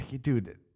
dude